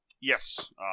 Yes